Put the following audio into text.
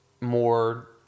more